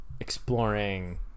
exploring